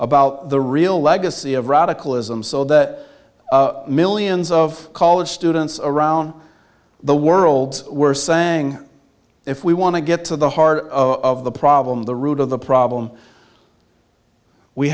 about the real legacy of radicalism so that millions of college students around the world were saying if we want to get to the heart of the problem the root of the problem we